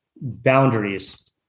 Boundaries